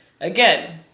again